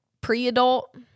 pre-adult